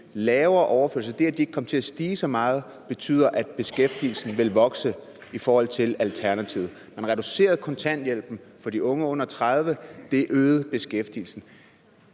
samme mekanisme. Det, at de ikke kom til at stige så meget, betyder, at beskæftigelsen vil vokse i forhold til alternativet. Man reducerede kontanthjælpen for de unge under 30, og det øgede beskæftigelsen.